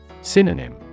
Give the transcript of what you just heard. Synonym